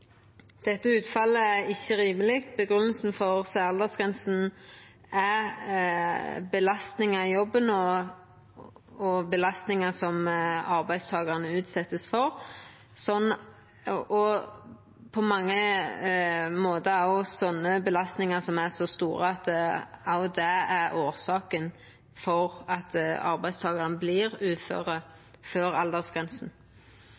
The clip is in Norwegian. Dette utfallet er ikkje rimeleg. Grunngjevinga for særaldersgrensa er belastningar i jobben, belastningar som arbeidstakarane vert utsette for, og på mange måtar belastningar som er så store at dei er årsaka til at arbeidstakarane